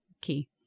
key